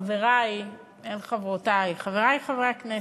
חברי, אין חברותי, חברי חברי הכנסת,